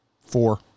Four